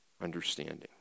understanding